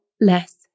less